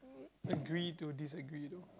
agree to disagree though